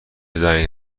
زنگ